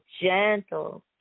gentle